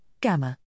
gamma